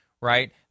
Right